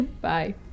bye